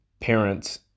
parents